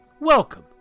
welcome